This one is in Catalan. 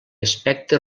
aspecte